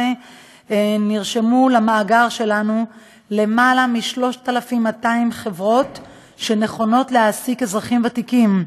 נרשמו למאגר שלנו יותר מ-3,200 חברות שנכונות להעסיק אזרחים ותיקים.